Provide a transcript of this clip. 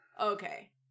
Okay